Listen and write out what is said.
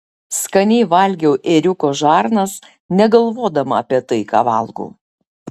skaniai valgiau ėriuko žarnas negalvodama apie tai ką valgau